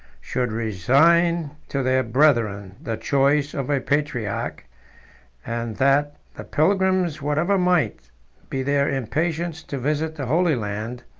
should resign to their brethren the choice of a patriarch and that the pilgrims, whatever might be their impatience to visit the holy land,